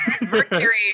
Mercury